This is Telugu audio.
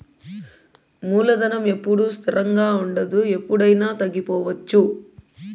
మూలధనం ఎప్పుడూ స్థిరంగా ఉండదు ఎప్పుడయినా తగ్గిపోవచ్చు